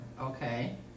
Okay